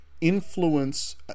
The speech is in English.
influence